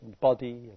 body